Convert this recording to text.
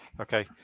Okay